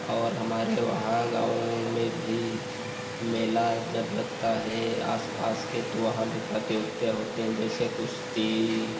और हमारे वहाँ गाँव में भी मेला जब लगता हे आसपास के तो वहाँ भी प्रतियोगिता होती है जैसे कुश्ती